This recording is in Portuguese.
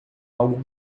algo